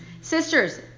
Sisters